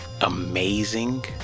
amazing